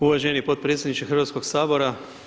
Uvaženi potpredsjedniče Hrvatskog sabora.